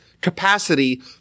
capacity